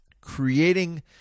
Creating